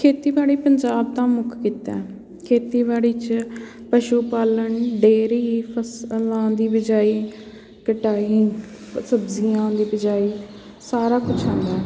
ਖੇਤੀਬਾੜੀ ਪੰਜਾਬ ਦਾ ਮੁੱਖ ਕਿੱਤਾ ਹੈ ਖੇਤੀਬਾੜੀ 'ਚ ਪਸ਼ੂ ਪਾਲਣ ਡੇਅਰੀ ਫ਼ਸਲਾਂ ਦੀ ਬਿਜਾਈ ਕਟਾਈ ਸਬਜ਼ੀਆਂ ਦੀ ਬਿਜਾਈ ਸਾਰਾ ਕੁਛ ਆਉਂਦਾ ਹੈ